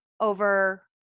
over